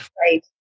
Right